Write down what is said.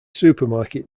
supermarket